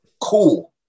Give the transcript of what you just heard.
cool